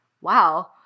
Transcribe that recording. wow